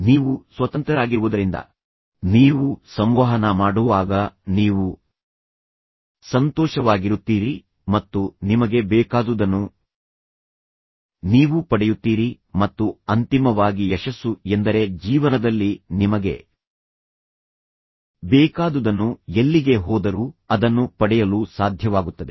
ನೀವು ಸ್ವತಂತ್ರರಾಗಿರುವುದರಿಂದ ನೀವು ಸಂವಹನ ಮಾಡುವಾಗ ನೀವು ಸಂತೋಷವಾಗಿರುತ್ತೀರಿ ಮತ್ತು ನಿಮಗೆ ಬೇಕಾದುದನ್ನು ನೀವು ಪಡೆಯುತ್ತೀರಿ ಮತ್ತು ಅಂತಿಮವಾಗಿ ಯಶಸ್ಸು ಎಂದರೆ ಜೀವನದಲ್ಲಿ ನಿಮಗೆ ಬೇಕಾದುದನ್ನು ಎಲ್ಲಿಗೆ ಹೋದರೂ ಅದನ್ನು ಪಡೆಯಲು ಸಾಧ್ಯವಾಗುತ್ತದೆ